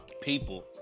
people